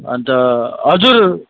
अन्त हजुर